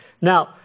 Now